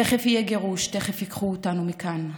תכף יהיה גירוש, תכף ייקחו אותנו מכאן.